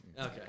Okay